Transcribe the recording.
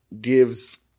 gives